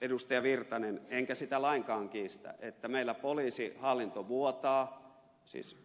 erkki virtanen enkä sitä lainkaan kiistä että meillä poliisihallinto vuotaa